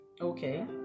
Okay